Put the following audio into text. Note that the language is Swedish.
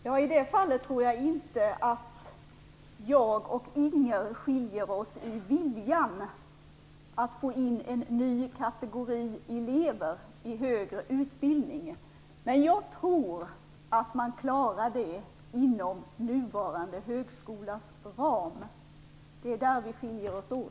Fru talman! Jag tror inte att jag och Inger Davidson skiljer oss åt i viljan att få in en ny kategori elever i högre utbildning. Men jag tror att man klarar det inom nuvarande högskolas ram. Det är där vi skiljer oss åt.